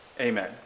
amen